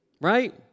Right